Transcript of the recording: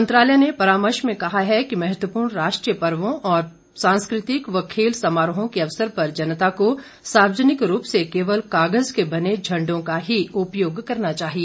मंत्रालय ने परामर्श में कहा है कि महत्वपूर्ण राष्ट्रीय पर्वों और सांस्कृतिक तथा खेल समारोहों के अवसर पर जनता को सार्वजनिक रूप से केवल कागज के बने झंडों का ही उपयोग करना चाहिए